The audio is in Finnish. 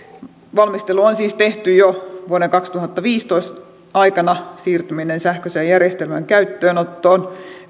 valmistelua on siis tehty jo vuoden kaksituhattaviisitoista aikana siirtymiseksi sähköisen järjestelmän käyttöönottoon